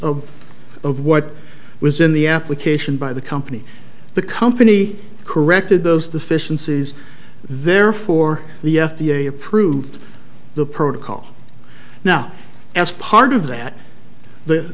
of of what was in the application by the company the company corrected those deficiencies therefore the f d a approved the protocol now as part of that